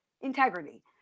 integrity